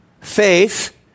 faith